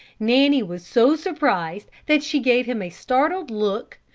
nanny was so surprised that she gave him a startled look,